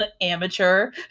amateur